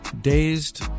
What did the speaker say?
dazed